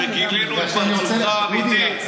שגילינו את פרצופך האמיתי?